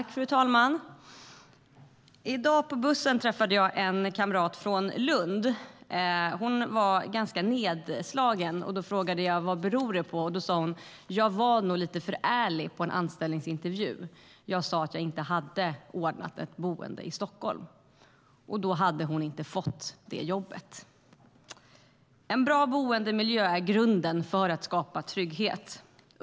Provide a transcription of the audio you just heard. Fru talman! I dag på bussen träffade jag en kamrat från Lund. Hon var ganska nedslagen. När jag frågade vad det berodde på sa hon: Jag var nog lite för ärlig på en anställningsintervju när jag sa att jag inte hade ordnat ett boende i Stockholm. Hon hade inte fått jobbet. En bra boendemiljö är grunden för att skapa trygghet.